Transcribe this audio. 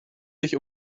dich